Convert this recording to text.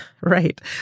Right